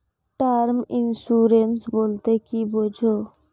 Term insurance বলতে কী বোঝায়?